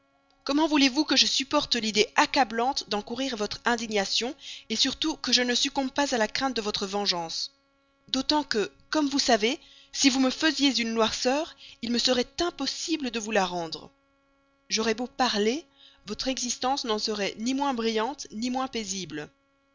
comment voulez-vous que je supporte l'idée accablante d'encourir votre indignation surtout que je ne succombe pas à la crainte de votre vengeance d'autant que comme vous savez si vous me faisiez une noirceur il me serait impossible de vous la rendre j'aurais beau parler votre existence n'en serait ni moins brillante ni moins paisible